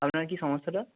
আপনার কী সমস্যাটা